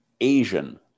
Asian